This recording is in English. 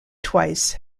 twice